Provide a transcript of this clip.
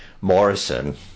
morrison